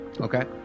Okay